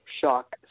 shock